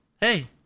Hey